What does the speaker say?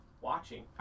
watching